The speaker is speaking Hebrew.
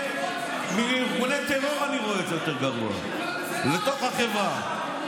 מארגוני טרור, בתוך החברה.